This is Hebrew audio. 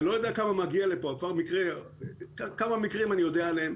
אני לא יודע כמה מגיע לכאן אבל יש כמה מקרים שאני יודע עליהם.